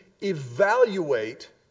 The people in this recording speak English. evaluate